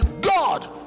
God